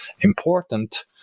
important